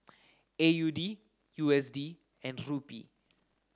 A U D U S D and Rupee